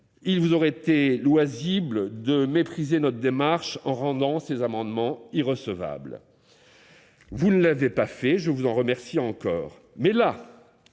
il vous aurait été loisible de mépriser notre démarche en rendant ces amendements irrecevables. Vous ne l'avez pas fait, et je vous en remercie encore. Mais là,